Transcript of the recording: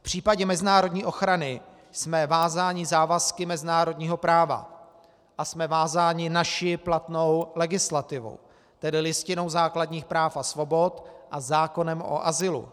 V případě mezinárodní ochrany jsme vázáni závazky mezinárodního práva a jsme vázáni naší platnou legislativou, tedy Listinou základních práv a svobod a zákonem o azylu.